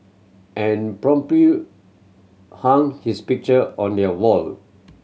and hung his picture on their wall